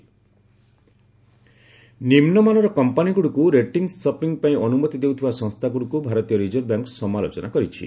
RBI CRA ନିମ୍ନମାନର କମ୍ପାନିଗୁଡ଼ିକୁ rating shopping ପାଇଁ ଅନୁମତି ଦେଉଥିବା ସଂସ୍ଥାଗୁଡ଼ିକୁ ଭାରତୀୟ ରିଜର୍ଭ ବ୍ୟାଙ୍କ ସମାଲୋଚନା କରିଛି